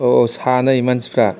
सानै मानसिफ्रा